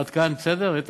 עד כאן בסדר, איתן?